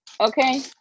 okay